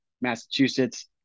Massachusetts